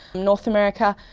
north america,